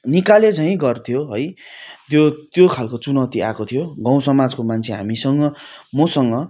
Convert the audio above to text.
निकाले झैँ गर्थ्यौ है त्यो त्यो खाले चुनौती आएको थियो गाउँ सामजको मान्छे हामीसँग मसँग